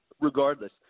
regardless